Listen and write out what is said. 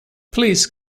please